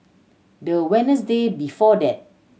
the Wednesday before that